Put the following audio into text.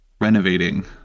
renovating